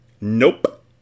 Nope